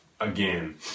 again